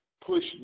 push